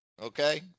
Okay